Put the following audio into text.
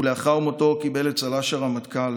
ולאחר מותו קיבל את צל"ש הרמטכ"ל